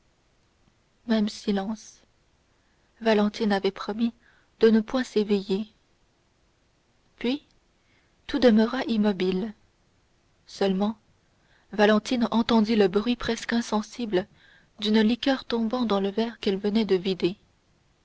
même silence valentine avait promis de ne point se réveiller puis tout demeura immobile seulement valentine entendit le bruit presque insensible d'une liqueur tombant dans le verre qu'elle venait de vider